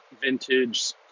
Vintage